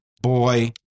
Boy